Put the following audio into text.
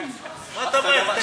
מה אתה ממהר?